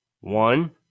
One